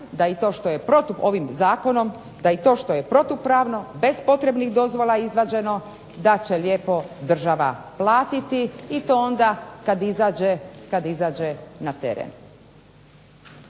da i to što je protupravno bez potrebnih dozvola izvađeno da će lijepo država platiti i to onda kad izađe na teren.